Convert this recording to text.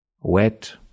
wet